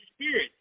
spirit